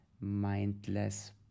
mindless